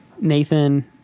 Nathan